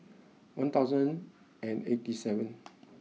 one thousand and eighty seven